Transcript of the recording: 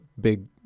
big